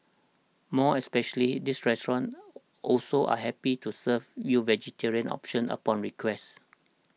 more especially this restaurant also are happy to serve you vegetarian options upon request